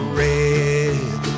red